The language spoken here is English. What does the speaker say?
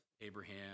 Abraham